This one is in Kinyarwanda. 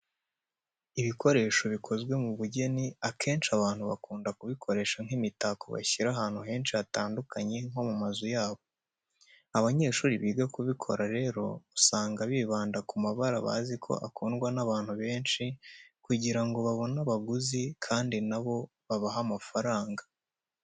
Ibikoresho bikozwe mu bugeni akenshi abantu bakunda kubikoresha nk'imitako bashyira ahantu henshi hatandukanye nko mu mazu yabo. Abanyeshuri biga kubikora rero usanga bibanda ku mabara bazi ko akundwa n'abantu benshi kugira ngo babone abaguzi kandi na bo babahe amafaranga.